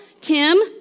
Tim